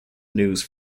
news